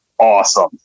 awesome